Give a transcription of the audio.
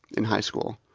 in high school,